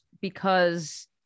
because-